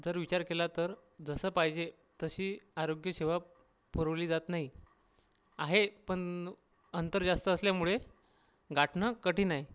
जर विचार केला तर जसं पाहिजे तशी आरोग्य सेवा पुरवली जात नाही आहे पण अंतर जास्त असल्यामुळे गाठणं कठीण आहे